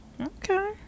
okay